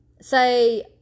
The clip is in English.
say